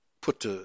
put